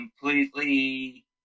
completely